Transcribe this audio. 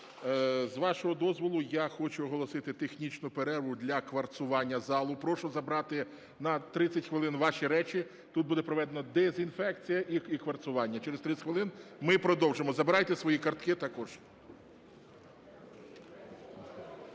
З вашого дозволу, я хочу оголосити технічну перерву для кварцування залу. Прошу забрати на 30 хвилин ваші речі. Тут буде проведено дезінфекцію і кварцування. Через 30 хвилин ми продовжимо. Забирайте свої картки також.